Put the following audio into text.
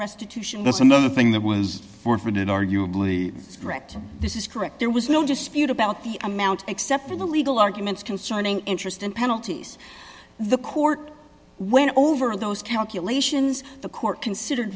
restitution that's another thing that was forfeited arguably correct this is correct there was no dispute about the amount except for the legal arguments concerning interest and penalties the court went over those calculations the court considered